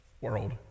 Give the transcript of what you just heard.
world